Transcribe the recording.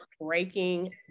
breaking